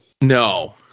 No